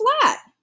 flat